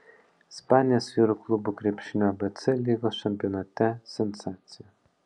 ispanijos vyrų klubų krepšinio abc lygos čempionate sensacija